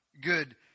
Good